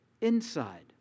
Inside